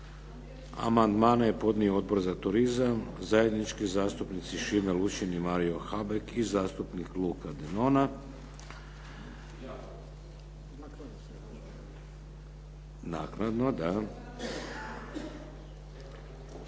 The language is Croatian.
Amandmane je podnio Odbor za turizam. Zajednički zastupnici Šime Lučin i Mario Habek i zastupnik Luka Denona. … /Upadica